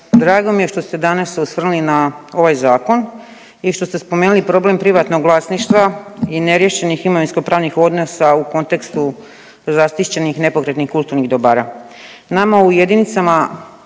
drago mi je što ste se danas osvrnuli na ovaj zakon i što ste spomenuli problem privatnog vlasništva i neriješenih imovinsko-pravnih odnosa u kontekstu zaštićenih nepokretnih kulturnih dobara.